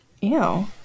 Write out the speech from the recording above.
Ew